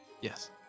Yes